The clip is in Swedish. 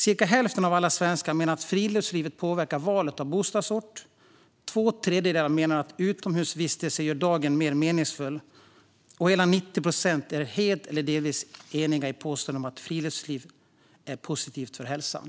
Cirka hälften av alla svenskar menar att friluftsliv har påverkat valet av bostadsort, två tredjedelar menar att utomhusvistelser gör dagen mer meningsfull och hela 90 procent är helt eller delvis eniga i påståendet att friluftsliv är positivt för hälsan.